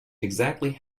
exactly